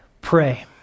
pray